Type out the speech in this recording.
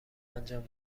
انجام